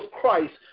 Christ